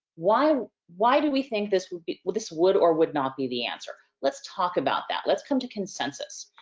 why why do we think this will be? well, this would or would not be the answer? let's talk about that, let's come to consensus.